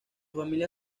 familia